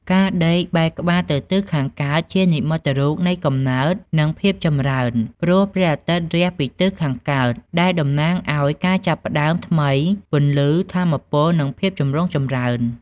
ការដេកបែរក្បាលទៅទិសខាងកើត ជានិមិត្តរូបនៃកំណើត និងភាពចម្រើន ព្រោះព្រះអាទិត្យរះពីទិសខាងកើត ដែលតំណាងឱ្យការចាប់ផ្តើមថ្មី ពន្លឺ ថាមពល និងភាពចម្រុងចម្រើន។